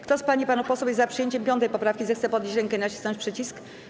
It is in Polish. Kto z pań i panów posłów jest za przyjęciem 5. poprawki, zechce podnieść rękę i nacisnąć przycisk.